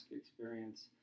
experience